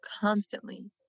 constantly